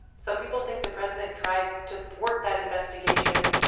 some people think the president tried to thwart that investigation,